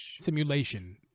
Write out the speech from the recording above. simulation